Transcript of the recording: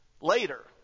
later